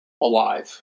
alive